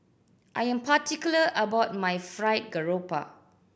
I am particular about my Fried Garoupa